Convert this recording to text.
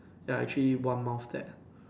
ya actually one mouth that